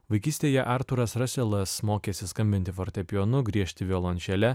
vaikystėje artūras raselas mokėsi skambinti fortepijonu griežti violončele